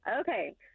Okay